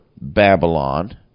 Babylon